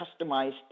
customized